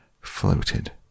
floated